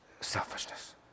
selfishness